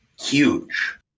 huge